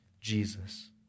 Jesus